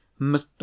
Mr